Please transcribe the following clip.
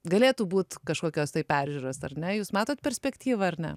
galėtų būt kažkokios tai peržiūros ar ne jūs matot perspektyvą ar ne